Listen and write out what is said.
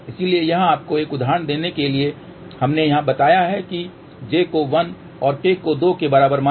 इसलिए यहाँ आपको एक उदाहरण देने के लिए हमने यहाँ बताया है कि j को 1 और k को 2 के बराबर मानें